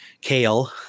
kale